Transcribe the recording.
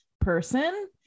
person